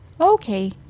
okay